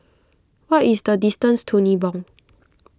what is the distance to Nibong